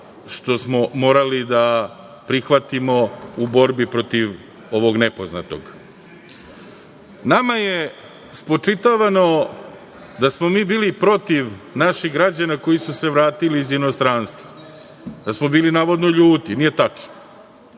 što smo morali da prihvatimo u borbi protiv ovog nepoznatog. Nama je spočitavano da smo mi bili protiv naših građana koji su se vratili iz inostranstva, da smo bili navodno ljuti. Nije tačno.